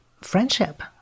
friendship